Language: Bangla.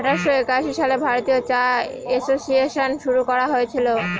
আঠারোশো একাশি সালে ভারতীয় চা এসোসিয়েসন শুরু করা হয়েছিল